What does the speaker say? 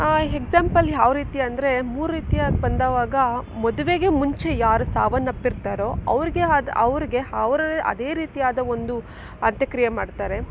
example ಯಾವ ರೀತಿ ಅಂದರೆ ಮೂರು ರೀತಿಯ ಅದು ಬಂದವಾಗ ಮದುವೆಗೆ ಮುಂಚೆ ಯಾರು ಸಾವನ್ನಪ್ಪಿರ್ತಾರೋ ಅವ್ರಿಗೆ ಆದ ಅವ್ರಿಗೆ ಅವ್ರದ್ದೇ ರೀತಿಯಾದ ಒಂದು ಅಂತ್ಯಕ್ರಿಯೆ ಮಾಡ್ತಾರೆ